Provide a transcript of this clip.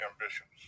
ambitions